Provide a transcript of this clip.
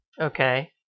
Okay